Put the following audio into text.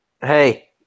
Hey